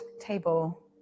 table